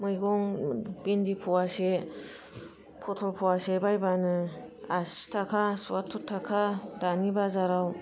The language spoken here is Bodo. मैगं भिन्दि फवासे फतल फवासे बायबानो आसि थाखा सवाथोर थाखा दानि बाजाराव